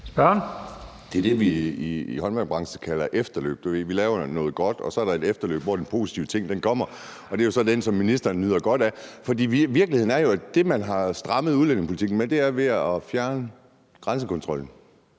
Det er det, vi i håndværkerbranchen kalder efterløb, altså at vi laver noget godt, og at der så er et efterløb, hvor den positive ting kommer, og det er jo så den, som ministeren nyder godt af. For virkeligheden er jo, at man, mens man har strammet udlændingepolitikken, også har fjernet grænsekontrollen.